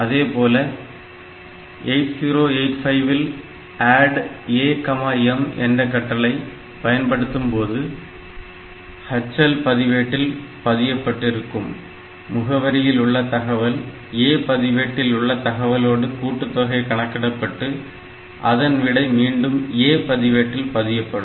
அதேபோல் 8085 இல் ADD AM என்ற கட்டளை பயன்படுத்தப்படும் போதும் HL பதிவேட்டில் பதியப்பட்டிருக்கும் முகவரியில் உள்ள தகவல் A பதிவேட்டில் உள்ள தகவலோடு கூட்டுத்தொகை கணக்கிடப்பட்டு அதன் விடை மீண்டும் A பதிவேட்டில் பதியப்படும்